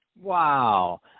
Wow